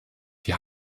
die